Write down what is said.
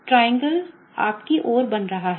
त्रिकोण आपकी ओर बन रहा है